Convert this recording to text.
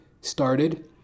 started